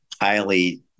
highly